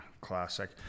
classic